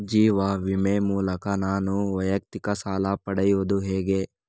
ಜೀವ ವಿಮೆ ಮೂಲಕ ನಾನು ವೈಯಕ್ತಿಕ ಸಾಲ ಪಡೆಯುದು ಹೇಗೆ?